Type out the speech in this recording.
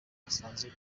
gasanzwe